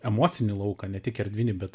emocinį lauką ne tik erdvinį bet